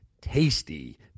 tasty